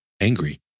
angry